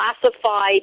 classified